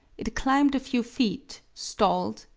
it climbed a few feet, stalled,